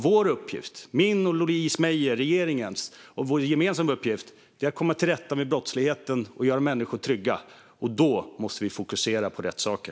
Vår uppgift - min, regeringens, Louise Meijers, ja, vår gemensamma uppgift - är att komma till rätta med brottsligheten och göra människor trygga. Då måste vi fokusera på rätt saker.